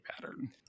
pattern